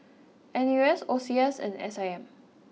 N U S O C S and S I M